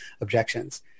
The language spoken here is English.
objections